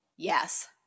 yes